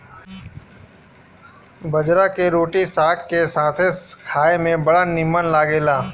बजरा के रोटी साग के साथे खाए में बड़ा निमन लागेला